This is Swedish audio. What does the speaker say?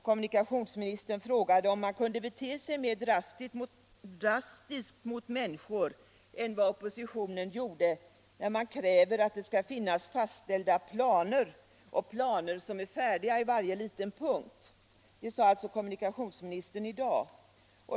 Kommunikationsministern frågade om man kunde bete sig mer drastiskt mot människor än oppositionen gjorde genom att kräva att det skall finnas fastställda planer och planer färdiga i varje liten punkt. Det sade alltså kommunikationsministern i dag.